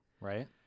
Right